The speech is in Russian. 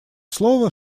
слово